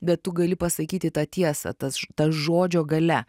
bet tu gali pasakyti tą tiesą tas tas žodžio galia